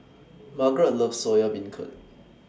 Margaret loves Soya Beancurd